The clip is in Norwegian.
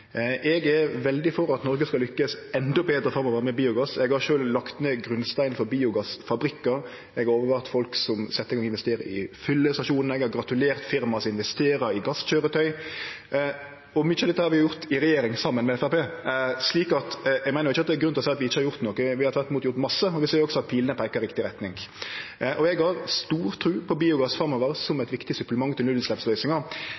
Eg er veldig for at Noreg skal lukkast endå betre framover med biogass. Eg har sjølv lagt ned grunnsteinen for biogassfabrikkar, eg har vore til stades når folk har investert i fyllestasjonar, eg har gratulert firma som investerer i gasskøyretøy. Mykje av dette har vi gjort i regjering saman med Framstegspartiet. Så eg meiner ikkje at det er grunn til å seie at vi ikkje har gjort noko. Vi har tvert imot gjort masse, og vi ser også at pilene peikar i riktig retning. Eg har stor tru på biogass framover som